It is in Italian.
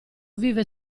vive